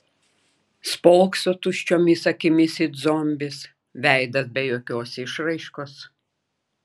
spokso tuščiomis akimis it zombis veidas be jokios išraiškos